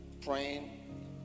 praying